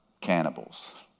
cannibals